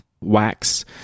wax